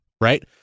right